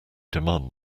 demand